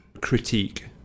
critique